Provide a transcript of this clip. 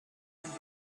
das